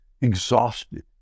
exhausted